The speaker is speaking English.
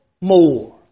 more